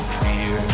fear